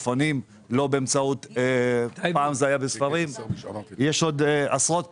אז תגיד לי מראש -- אני לא אומר מראש.